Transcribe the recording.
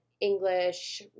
English